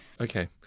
Okay